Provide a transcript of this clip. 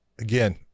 again